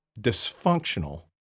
dysfunctional